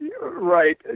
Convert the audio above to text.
right